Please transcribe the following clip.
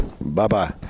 Bye-bye